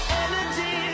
energy